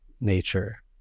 nature